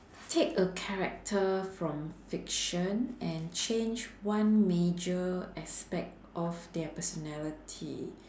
take a character from fiction and change one major aspect of their personality